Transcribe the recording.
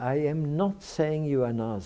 i am not saying you are not